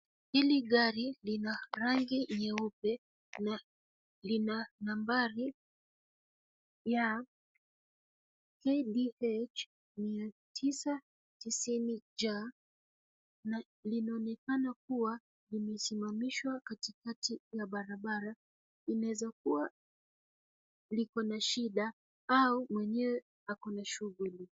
Hili gari lina rangi nyeupe na lina nambari ya KDH 990J na linaonekana kuwa limesimamishwa katikati la barabara. Inaweza kuwa liko na shida au mwenyewe ako na shughuli.